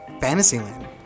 Fantasyland